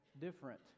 different